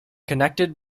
connected